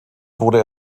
wurde